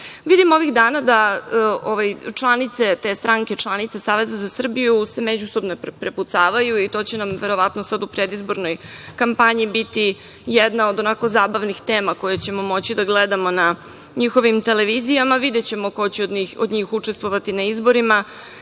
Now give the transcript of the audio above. ovih dana da članice te stranke, članice Saveza za Srbiju, se međusobno prepucavaju i to će nam verovatno sada u predizbornoj kampanji biti jedna od onako zabavnih tema, koje ćemo moći da gledamo na njihovim televizijama. Videćemo ko će on njih učestvovati na izborima.